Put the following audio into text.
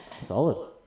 Solid